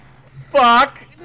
Fuck